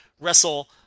wrestle